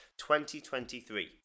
2023